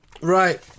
Right